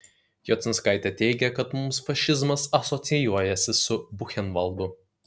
jociunskaitė teigė kad mums fašizmas asocijuojasi su buchenvaldu